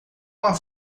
uma